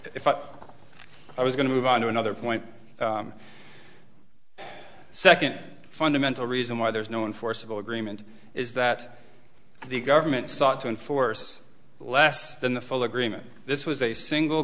if i was going to move on to another point second fundamental reason why there's no enforceable agreement is that the government sought to enforce less than the full agreement this was a single